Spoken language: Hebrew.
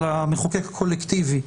על המחוקק הקולקטיבי,